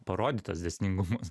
parodyt tuos dėsningumus